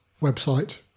website